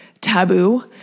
taboo